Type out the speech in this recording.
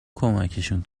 کمکشون